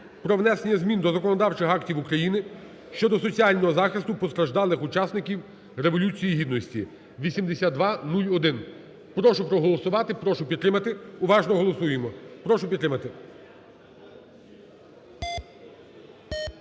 про внесення змін до законодавчих актів України щодо соціального захисту постраждалих учасників Революції Гідності (8201). Прошу проголосувати. Прошу підтримати. Уважно голосуємо. Прошу підтримати.